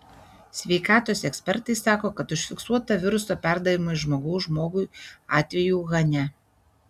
sveikatos ekspertai sako kad užfiksuota viruso perdavimo iš žmogaus žmogui atvejų uhane